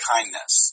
Kindness